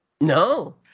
No